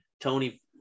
Tony